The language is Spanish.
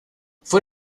fue